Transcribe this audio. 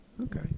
Okay